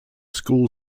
school